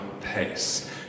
pace